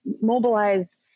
mobilize